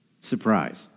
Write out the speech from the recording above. Surprise